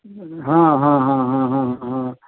हा हा हा हा हा हा